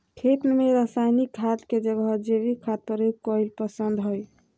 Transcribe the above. खेत में रासायनिक खाद के जगह जैविक खाद प्रयोग कईल पसंद हई